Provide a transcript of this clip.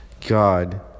God